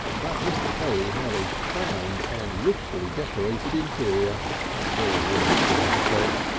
that mr. polly had a crowded and richly decorated interior or words to that effect.